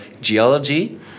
geology